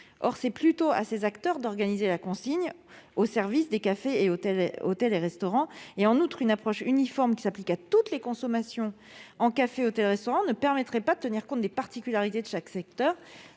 reviendrait plutôt à ces derniers d'organiser la consigne au service des cafés, hôtels et restaurants. Ensuite, une approche uniforme qui s'appliquerait à toutes les consommations dans ces lieux ne permettrait pas de tenir compte des particularités de chaque secteur.